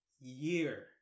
year